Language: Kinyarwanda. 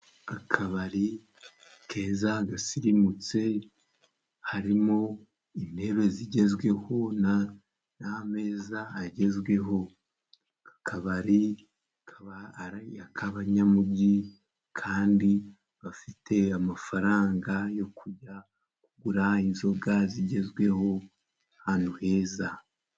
Akabari keza gasirimutse harimo intebe zigezweho n'ameza agezweho. Akabari kakaba ari ak'abanyamujyi kandi bafite amafaranga yo kujya kugura inzoga zigezweho ahantu heza.